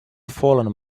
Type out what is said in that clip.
fallen